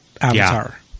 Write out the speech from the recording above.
Avatar